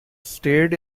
stayed